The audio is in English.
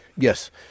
Yes